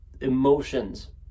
emotions